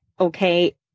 okay